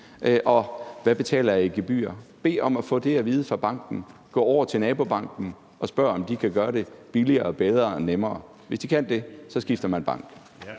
Hvad betaler jeg i gebyr? Man skal bede om at få det at vide fra banken og gå over til nabobanken og spørge, om de kan gøre det billigere, bedre og nemmere. Hvis de kan det, skifter man bank.